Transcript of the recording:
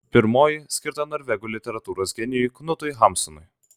pirmoji skirta norvegų literatūros genijui knutui hamsunui